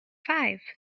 five